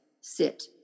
Sit